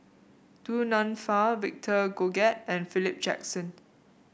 Du Nanfa Victor Doggett and Philip Jackson